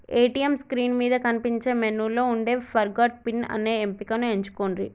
ATM screen మీద కనిపించే మెనూలో వుండే ఫర్గాట్ పిన్ అనే ఎంపికను ఎంచుకొండ్రి